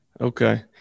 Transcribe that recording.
okay